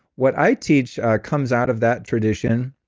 what i teach comes out of that tradition,